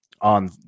on